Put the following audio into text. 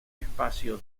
espacio